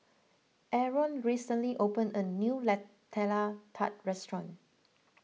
Aron recently opened a new Nutella Tart restaurant